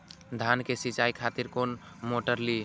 धान के सीचाई खातिर कोन मोटर ली?